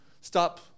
stop